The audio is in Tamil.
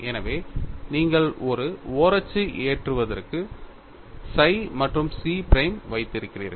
எனவே நீங்கள் ஒரு ஓரச்சு ஏற்றுவதற்கு psi மற்றும் chi prime வைத்திருக்கிறீர்கள்